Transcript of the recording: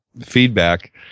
feedback